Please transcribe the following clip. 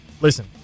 listen